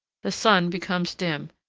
the sun becomes dim,